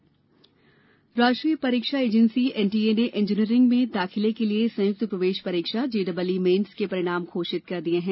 परीक्षा जेईई राष्ट्रीय परीक्षा एजेंसी एनटीए ने इंजीनियरिंग में दाखिले के लिए संयुक्त प्रवेश परीक्षा जेईई मेन्स के परिणाम घोषित कर दिये हैं